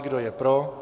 Kdo je pro?